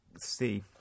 see